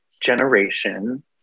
generation